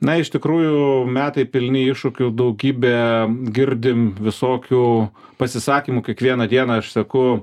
na iš tikrųjų metai pilni iššūkių daugybę girdim visokių pasisakymų kiekvieną dieną aš seku